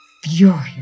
furious